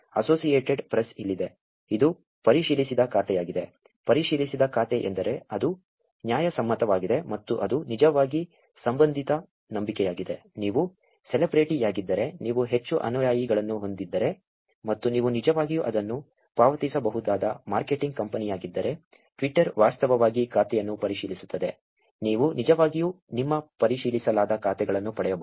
associated Press ಇಲ್ಲಿದೆ ಇದು ಪರಿಶೀಲಿಸಿದ ಖಾತೆಯಾಗಿದೆ ಪರಿಶೀಲಿಸಿದ ಖಾತೆ ಎಂದರೆ ಅದು ನ್ಯಾಯಸಮ್ಮತವಾಗಿದೆ ಮತ್ತು ಅದು ನಿಜವಾಗಿ ಸಂಬಂಧಿತ ನಂಬಿಕೆಯಾಗಿದೆ ನೀವು ಸೆಲೆಬ್ರಿಟಿಯಾಗಿದ್ದರೆ ನೀವು ಹೆಚ್ಚು ಅನುಯಾಯಿಗಳನ್ನು ಹೊಂದಿದ್ದರೆ ಮತ್ತು ನೀವು ನಿಜವಾಗಿಯೂ ಅದನ್ನು ಪಾವತಿಸಬಹುದಾದ ಮಾರ್ಕೆಟಿಂಗ್ ಕಂಪನಿಯಾಗಿದ್ದರೆ ಟ್ವಿಟರ್ ವಾಸ್ತವವಾಗಿ ಖಾತೆಯನ್ನು ಪರಿಶೀಲಿಸುತ್ತದೆ ನೀವು ನಿಜವಾಗಿಯೂ ನಿಮ್ಮ ಪರಿಶೀಲಿಸಲಾದ ಖಾತೆಗಳನ್ನು ಪಡೆಯಬಹುದು